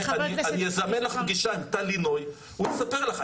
אני אזמן לך פגישה עם טל לינוי, הוא יספר לך.